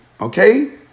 okay